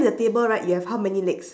the table right you have how many legs